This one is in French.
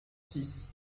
six